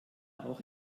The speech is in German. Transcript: auch